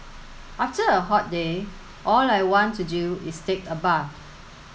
after a hot day all I want to do is take a bath